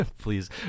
Please